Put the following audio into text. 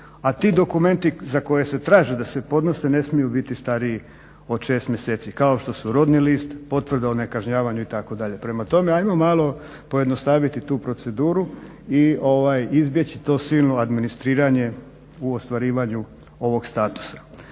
a ti dokumenti za koje se traži da se podnose ne smiju biti stariji od 6 mjeseci, kao što su rodni list, potvrda o nekažnjavanju itd. Prema tome, ajmo malo pojednostaviti tu proceduru i izbjeći to silno administriranje u ostvarivanju ovog statusa.